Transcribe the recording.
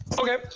Okay